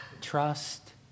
trust